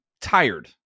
tired